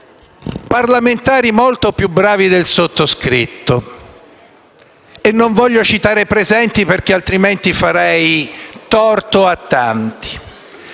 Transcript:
Parlamentari molto più bravi del sottoscritto (non voglio citare i presenti perché altrimenti farei torto a tanti),